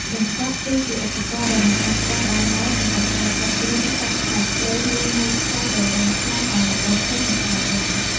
ដង្កាប់ គឺជាឧបករណ៍ដែលមិនអាចខ្វះបានឡើយសម្រាប់ការចាប់ទាញ កាត់ខ្សែភ្លើង ឬមួលខ្ចៅដែលរឹងខ្លាំងឱ្យរបូតចេញមកក្រៅវិញ។